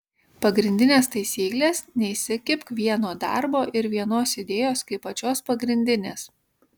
pagrindinės taisyklės neįsikibk vieno darbo ir vienos idėjos kaip pačios pagrindinės